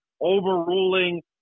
overruling